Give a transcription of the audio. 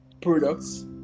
products